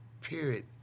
period